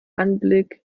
anblick